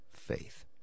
Faith